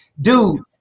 Dude